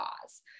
cause